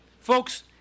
folks